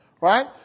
Right